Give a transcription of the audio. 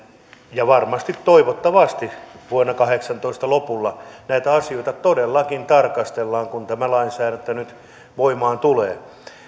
ja varmasti toivottavasti vuoden kahdeksantoista lopulla näitä asioita todellakin tarkastellaan kun tämä lainsäädäntö nyt voimaan tulee